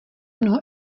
mnoho